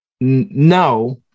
No